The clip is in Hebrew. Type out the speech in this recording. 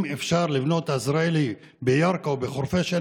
אם אפשר לבנות עזריאלי בירכא או בחורפיש,